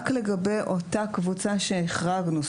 (א3) מאפשר רק לגבי אותה קבוצה שהחרגנו,